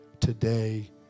today